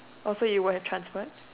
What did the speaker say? so you would have transferred